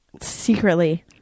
secretly